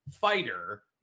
fighter